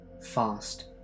fast